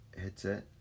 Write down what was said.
headset